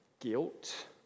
guilt